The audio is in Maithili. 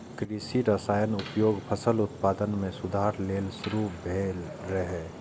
कृषि रसायनक उपयोग फसल उत्पादन मे सुधार लेल शुरू भेल रहै